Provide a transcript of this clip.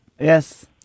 yes